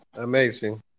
Amazing